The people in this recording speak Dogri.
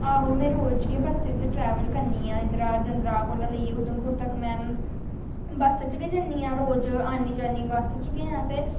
आहो में रोज गै बस्सै च ट्रैवल करनी आं इद्धरां जिन्द्राह् कोला लेइयै उधमपुर तक में बस्स च गै जन्नी आं रोज आह्न्नी जन्नी बस्स च गै ऐं ते